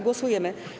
Głosujemy.